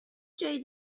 جای